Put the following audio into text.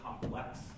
complex